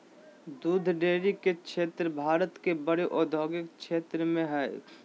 दूध डेरी के क्षेत्र भारत के बड़े औद्योगिक क्षेत्रों में हइ